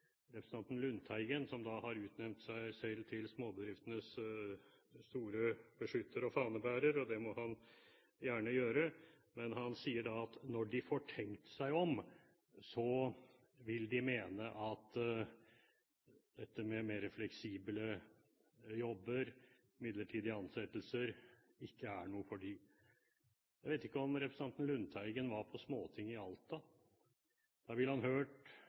representanten Lundteigen, som har utnevnt seg selv til småbedriftenes store beskytter og fanebærer – og det må han gjerne gjøre – der han sier at «når en får tenkt seg om», vil de mene at dette med mer fleksible jobber, midlertidige ansettelser, ikke er noe for dem. Jeg vet ikke om representanten Lundteigen var på Småtinget i Alta. Da ville han hørt